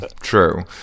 true